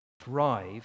thrive